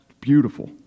Beautiful